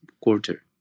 quarter